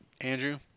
Andrew